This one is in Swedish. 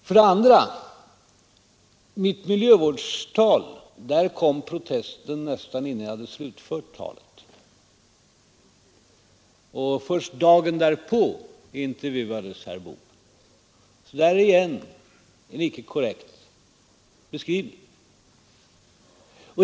För det andra kom protesten från USA nästan innan jag hade slutfört mitt tal vid miljövårdskonferensen i sommras, och först dagen därpå intervjuades herr Bohman. Hans beskrivning är alltså icke korrekt.